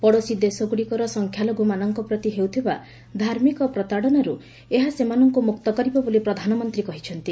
ପଡ଼ୋଶୀ ଦେଶଗୁଡ଼ିକର ସଂଖ୍ୟାଲଘୁମାନଙ୍କ ପ୍ରତି ହେଉଥିବା ଧାର୍ମିକ ପ୍ରତାଡ଼ନାରୁ ଏହା ସେମାନଙ୍କୁ ମୁକ୍ତ କରିବ ବୋଲି ପ୍ରଧାନମନ୍ତ୍ରୀ କହିଚ୍ଚନ୍ତି